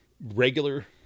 regular